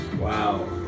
Wow